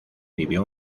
vivió